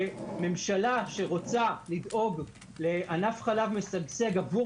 ממשלה שרוצה לדאוג לענף חלב משגשג עבור